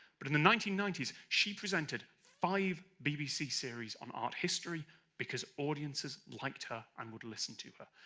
but in the nineteen ninety s, she presented five bbc series on art history because audiences liked her and would listen to her.